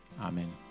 Amen